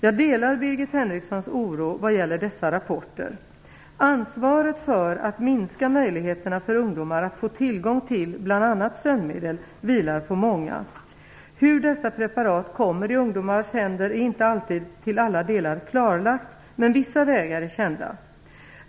Jag delar Birgit Henrikssons oro vad gäller dessa rapporter. Ansvaret för att minska möjligheterna för ungdomar att få tillgång till bl.a. sömnmedel vilar på många. Hur dessa preparat kommer i ungdomars händer är inte alltid till alla delar klarlagt, men vissa vägar är kända.